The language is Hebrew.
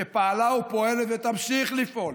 שפעלה, פועלת ותמשיך לפעול